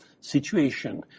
situation